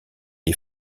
des